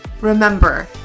Remember